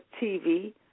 TV